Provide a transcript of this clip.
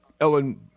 Ellen